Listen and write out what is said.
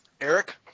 Eric